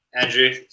Andrew